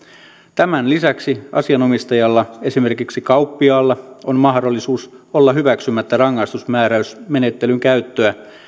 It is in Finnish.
tämän lisäksi asianomistajalla esimerkiksi kauppiaalla on mahdollisuus olla hyväksymättä rangaistusmääräysmenettelyn käyttöä